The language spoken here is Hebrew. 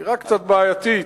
אמירה קצת בעייתית.